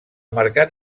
mercat